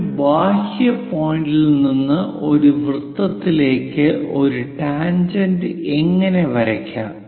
ഒരു ബാഹ്യ പോയിന്റിൽ നിന്ന് ഒരു വൃത്തത്തിലേക്ക് ഒരു ടാൻജെന്റ് എങ്ങനെ വരയ്ക്കാം